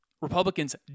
Republicans